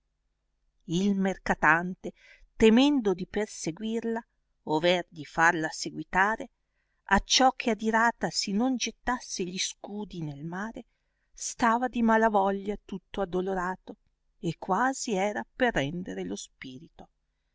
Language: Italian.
il mercatante temendo di perseguirla over di farla seguitare acciò che adiratasi non gettasse gli scudi nel mare stava di mala voglia tutto addolorato e quasi era per rendere lo spirito